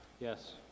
Yes